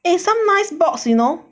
eh some nice box you know